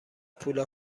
پول